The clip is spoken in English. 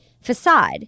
facade